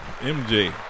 MJ